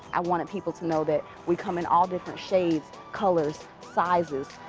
i wanted people to know that we come in all different shades, colors, sizes,